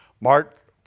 Mark